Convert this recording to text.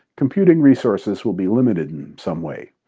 computing resources will be limited in some way.